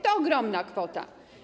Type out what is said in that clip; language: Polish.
To ogromna kwota.